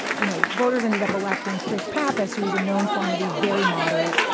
you know, voters ended up electing chris pappas, who was a known quantity, very moderate.